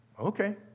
Okay